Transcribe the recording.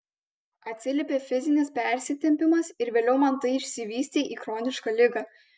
atsiliepė fizinis persitempimas ir vėliau man tai išsivystė į chronišką ligą